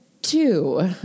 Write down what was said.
Two